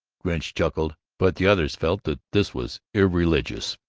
gunch chuckled, but the others felt that this was irreligious.